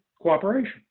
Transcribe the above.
cooperation